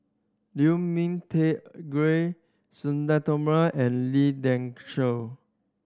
Liu Ming Teh Agree Sudhir Thoma and Lee Dai Soh